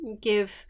give